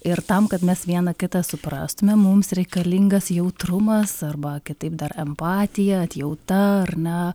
ir tam kad mes vieną kitą suprastume mums reikalingas jautrumas arba kitaip dar empatija atjauta ar na